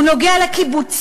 הוא נוגע לקיבוצים,